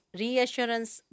reassurance